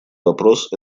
вопрос